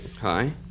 Hi